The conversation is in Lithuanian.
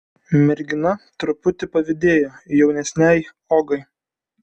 mergina truputį pavydėjo jaunesnei ogai